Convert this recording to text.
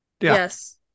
Yes